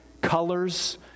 colors